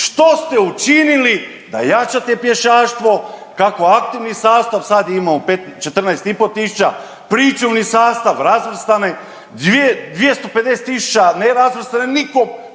Što ste učinili da jačate pješaštvo kako aktivni sastav, sad imamo 14 i pol tisuća, pričuvni sastav, razvrstane, 250 000 nerazvrstanih.